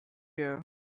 air